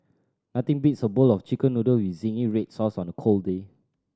nothing beats a bowl of Chicken Noodle with zingy red sauce on a cold day